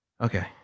Okay